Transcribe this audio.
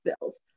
bills